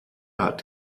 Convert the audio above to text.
hat